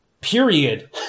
period